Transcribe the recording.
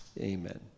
Amen